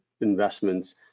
investments